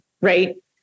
right